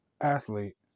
athlete